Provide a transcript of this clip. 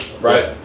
right